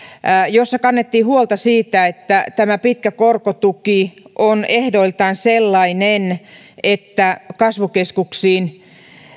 jossa kannettiin huolta siitä että tämä pitkä korkotuki on ehdoiltaan sellainen että kasvukeskuksiin